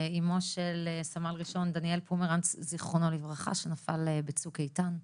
אמו של סמל ראשון דניאל פומרנץ ז"ל שנפל ב'צוק איתן',